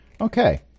Okay